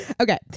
Okay